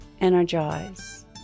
Energize